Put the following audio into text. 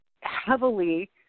heavily